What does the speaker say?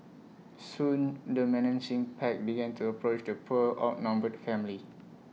soon the menacing pack began to approach the poor outnumbered family